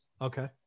Okay